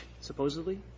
supposedly